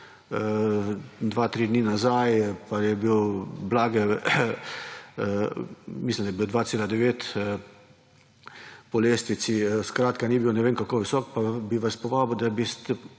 dva, tri dni nazaj pa je bil – mislim, da je bil 2,9 po lestvici – skratka ni bil ne vem kako visok pa bi vas povabil, da bi